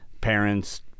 Parents